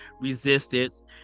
resistance